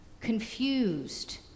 confused